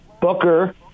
Booker